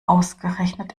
ausgerechnet